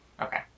Okay